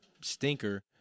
stinker